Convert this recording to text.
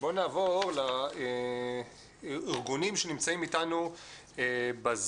בואו נעבור לארגונים שנמצאים איתנו בזום.